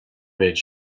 méid